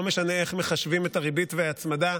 ולא משנה איך מחשבים את הריבית וההצמדה,